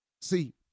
See